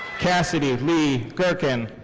kassidy leigh gerken.